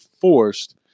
forced